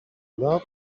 love